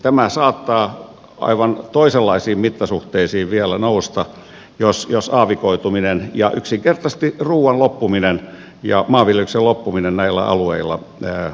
tämä saattaa aivan toisenlaisiin mittasuhteisiin vielä nousta jos aavikoituminen ja yksinkertaisesti ruuan loppuminen ja maanviljelyksen loppuminen näillä alueilla etenee